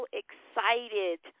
excited